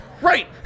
Right